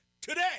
today